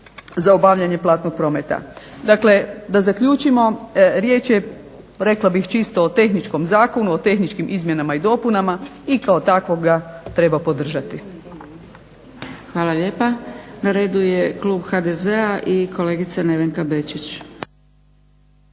za obavljanje platnog prometa. Dakle, da zaključimo. Riječ je rekla bih čisto o tehničkom zakonu, o tehničkim izmjenama i dopunama i kao takvoga ga treba podržati. **Zgrebec, Dragica (SDP)** Hvala lijepa. Na redu je klub HDZ-a i kolegica Nevenka Bečić.